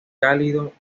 cálido